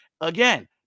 Again